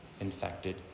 infected